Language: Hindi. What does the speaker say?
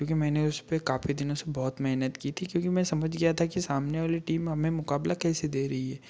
क्योंकि मैंने उस पर काफ़ी दिनों से बहुत मेहनत की थी क्योंकि मैं समझ गया था कि सामने वाली टीम हमें मुकाबला कैसे दे रही है